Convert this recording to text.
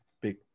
big